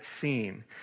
scene